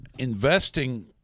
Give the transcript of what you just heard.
Investing